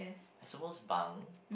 I suppose Bang